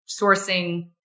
Sourcing